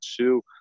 Two